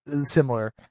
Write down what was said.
similar